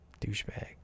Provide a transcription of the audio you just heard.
Douchebag